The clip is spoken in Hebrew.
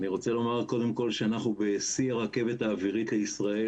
אני רוצה לומר קודם כל שאנחנו בשיא הרכבת האווירית לישראל.